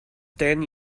ten